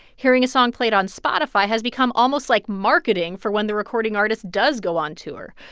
hearing a song played on spotify has become almost like marketing for when the recording artist does go on tour.